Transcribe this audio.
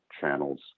channels